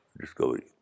discovery